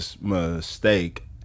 mistake